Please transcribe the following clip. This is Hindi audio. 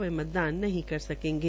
वे मतदान नहीं कर सकेंगे